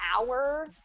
hour